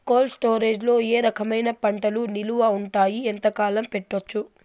Cold storage లో ఏ రకమైన పంటలు నిలువ ఉంటాయి, ఎంతకాలం పెట్టొచ్చు?